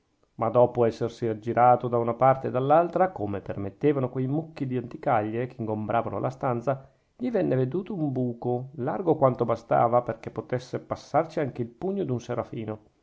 ma dopo essersi aggirato da una parte e dall'altra come permettevano quei mucchi di anticaglie che ingombravano la stanza gli venne veduto un buco largo quanto bastava perchè potesse passarci anche il pugno d'un serafino